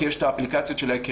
כי יש את האפליקציה של ההיכרויות.